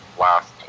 last